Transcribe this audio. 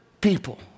people